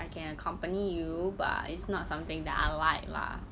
I can accompany you but it's not something that I like lah